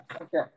Okay